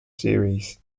series